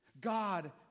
God